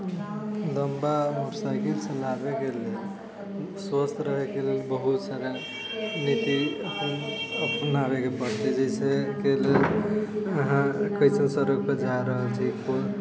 लम्बा मोटरसाइकिल चलाबयके लेल स्वस्थ रहैके लेल बहुत सारा नीति अपनाबैके पड़ते जाहिसे कि अहाँ कैसन सड़क पर जा रहल छी